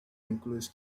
includes